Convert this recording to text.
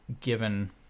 given